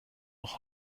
noch